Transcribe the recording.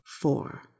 four